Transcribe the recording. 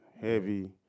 heavy